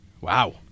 Wow